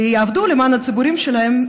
ויעבדו למען הציבורים שלהם,